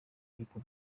ariko